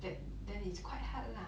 then then it's quite hard lah